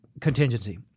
Contingency